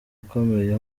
ukomeye